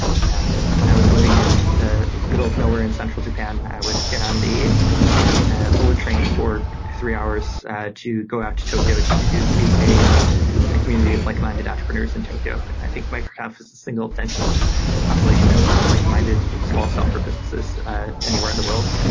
and when i was living in the middle of nowhere in central japan, i would get on the bullet train for three hours to go out to tokyo just to meet a ah community likeminded entrepreneurs in tokyo. i think micro conf is the single densest population of likeminded small software businesses ah anywhere in the world.